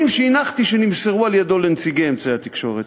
שהנחתי שנמסרו על-ידו לנציגי אמצעי התקשורת.